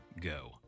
Go